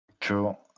Cool